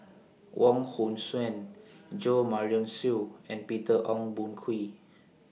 Wong Hong Suen Jo Marion Seow and Peter Ong Boon Kwee